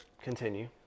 continue